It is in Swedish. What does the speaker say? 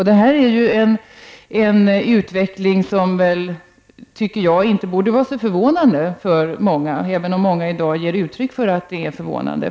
Det är en utveckling som inte borde vara så förvånande för många, även om många i dag ger uttryck för att det är förvånande.